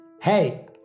Hey